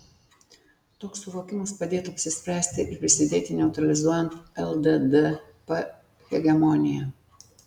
toks suvokimas padėtų apsispręsti ir prisidėti neutralizuojant lddp hegemoniją